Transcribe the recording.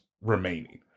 remaining